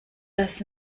das